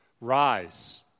Rise